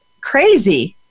crazy